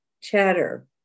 chatter